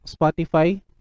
Spotify